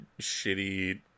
shitty